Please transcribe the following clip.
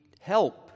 help